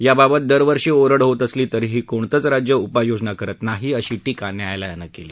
याबाबत दरवर्षी ओरड होत असली तरीही कोणतंच राज्य उपाययोजना मात्र करत नाही अशी टीका न्यायालयानं केली